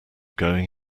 going